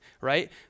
right